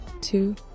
two